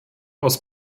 aus